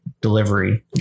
delivery